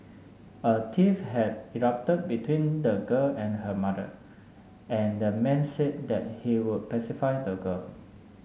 a tiff had erupted between the girl and her mother and the man said that he would pacify the girl